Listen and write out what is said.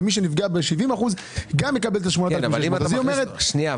ומי שנפגע ב-70% גם יקבל 8,600 שקל.